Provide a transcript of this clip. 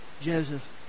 Joseph